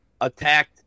attacked